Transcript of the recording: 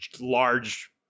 large